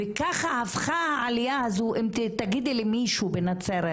וככה הפכה העליה הזו, אם תגידי למישהו בנצרת